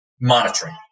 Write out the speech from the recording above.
monitoring